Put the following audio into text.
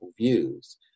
views